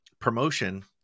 promotion